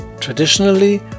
Traditionally